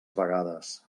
vegades